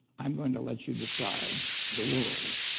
i'm going to let you decided the world,